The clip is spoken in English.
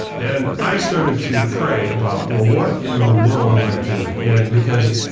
and i started to pray about, well what in the world am i doing? and because,